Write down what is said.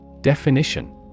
Definition